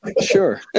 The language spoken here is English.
Sure